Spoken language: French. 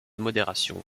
modération